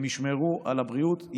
הם ישמרו על הבריאות,